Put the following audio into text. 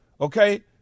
Okay